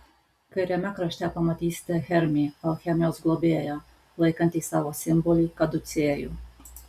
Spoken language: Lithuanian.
kairiame krašte pamatysite hermį alchemijos globėją laikantį savo simbolį kaducėjų